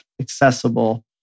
accessible